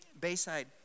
Bayside